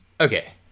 Okay